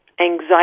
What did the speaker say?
Anxiety